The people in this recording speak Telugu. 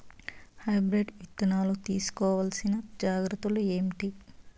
హైబ్రిడ్ విత్తనాలు తీసుకోవాల్సిన జాగ్రత్తలు ఏంటి?